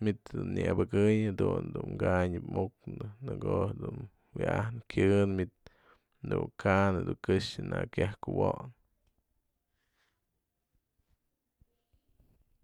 mënytë dun nyapëkënyë jadun dun mkanyaëp muknëp, në ko'o jedun wya'ajnë kyënë manit du ka'an këxë në yajkuwo'onëp.